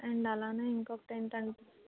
and అలాగే ఇంకొకటి ఏంటంటే